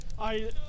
I-